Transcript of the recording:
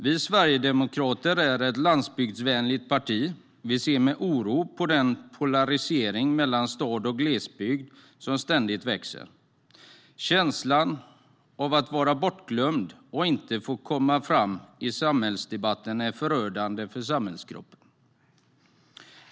Vi sverigedemokrater är ett landsbygdsvänligt parti. Vi ser med oro på den polarisering som ständigt växer mellan stad och glesbygd. Känslan av att vara bortglömd och att inte få komma fram i samhällsdebatten är förödande för samhällskroppen.